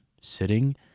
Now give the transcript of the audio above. sitting